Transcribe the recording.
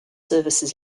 services